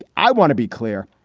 i want to be clear.